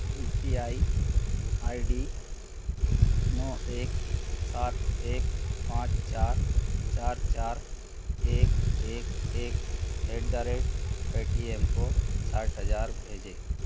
you P I I D नौ एक सात एक पाँच चार चार चार एक एक एक एट द रेट पेटीएम को साठ हज़ार भेजें